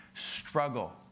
Struggle